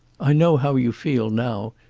i know how you feel now.